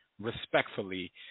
respectfully